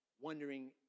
wondering